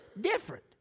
different